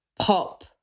pop